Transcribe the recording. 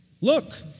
Look